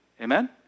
Amen